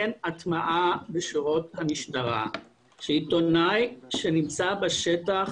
אין הטמעה בשורות המשטרה שעיתונאי שנמצא בשטח,